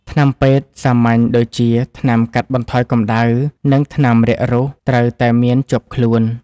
ថ្នាំពេទ្យសាមញ្ញដូចជាថ្នាំកាត់បន្ថយកំដៅ និងថ្នាំរាករូសត្រូវតែមានជាប់ខ្លួន។